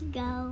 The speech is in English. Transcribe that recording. go